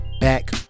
back